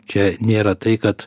čia nėra tai kad